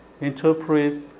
interpret